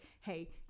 hey